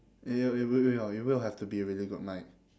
it it it will no it will have to be a really good mic